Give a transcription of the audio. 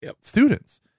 students